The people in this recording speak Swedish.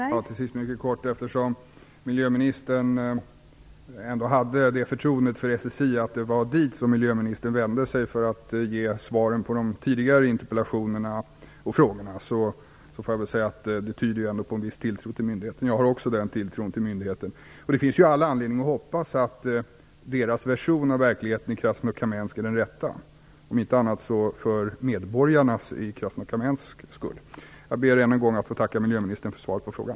Fru talman! Jag skall fatta mig mycket kort. Eftersom miljöministern ändå hade förtroende för SSI och vände sig till dem för att kunna ge svar på de tidigare interpellationerna och frågorna vill jag säga att det ändå tyder på en viss tilltro till myndigheten. Jag har också den tilltron till myndigheten. Det finns all anledning att hoppas att deras version av verkligheten i Krasnokamensk är den rätta, om inte annat så för medborgarnas skull. Jag ber än en gång att få tacka miljöministern för svaret på frågan.